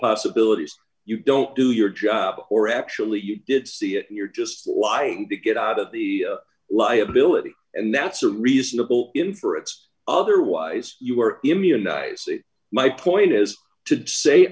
possibilities you don't do your job or actually you did see it and you're just lying to get out of the liability and that's a reasonable inference otherwise you are immunized my point is to say